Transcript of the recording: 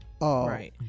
Right